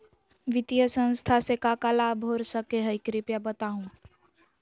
वित्तीय संस्था से का का लाभ हो सके हई कृपया बताहू?